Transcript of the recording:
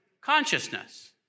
consciousness